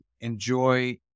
enjoy